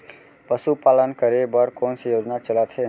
पशुपालन करे बर कोन से योजना चलत हे?